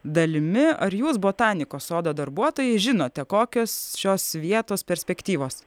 dalimi ar jūs botanikos sodo darbuotojai žinote kokios šios vietos perspektyvos